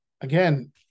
again